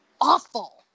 awful